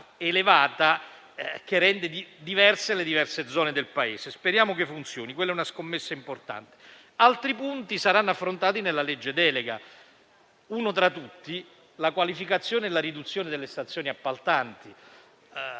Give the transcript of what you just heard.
elevata, che rende diverse le diverse zone del Paese. Speriamo che funzioni, perché è una scommessa importante. Altri punti saranno affrontati nella legge-delega: uno tra tutti è la qualificazione e la riduzione delle stazioni appaltanti.